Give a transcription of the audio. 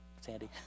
Sandy